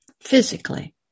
physically